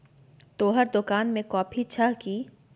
तोहर दोकान मे कॉफी छह कि?